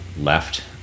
left